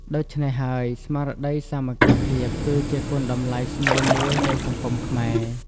ដូច្នេះហើយ ស្មារតីសាមគ្គីភាព គឺជាគុណតម្លៃស្នូលមួយនៃសង្គមខ្មែរ។